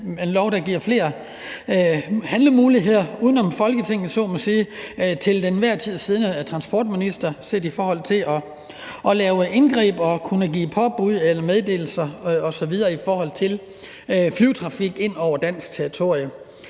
Det er en lov, der giver flere handlemuligheder uden om Folketinget, om man så må sige, til den til enhver tid siddende transportminister, set i forhold til at lave indgreb og kunne give påbud eller meddelelser osv. om flytrafik ind over dansk territorium.